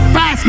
Fast